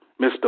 Mr